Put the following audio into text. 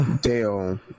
dale